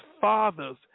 fathers